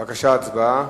בבקשה, הצבעה.